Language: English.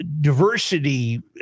diversity